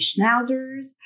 schnauzers